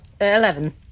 eleven